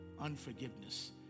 unforgiveness